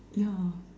yeah